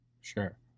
Sure